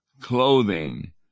clothing